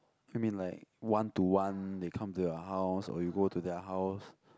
you mean like one to one they come to your house or you go to their house